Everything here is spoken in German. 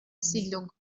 siedlung